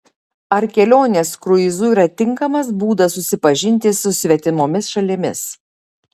ar kelionės kruizu yra tinkamas būdas susipažinti su svetimomis šalimis